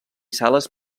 sales